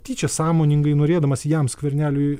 tyčia sąmoningai norėdamas jam skverneliui